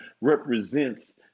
represents